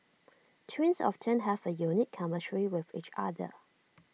twins often have A unique chemistry with each other